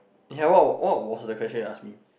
ya what what was the question you ask me